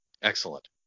excellent